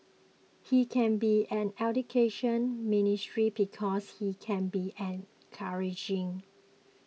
he can be an Education Ministry because he can be encouraging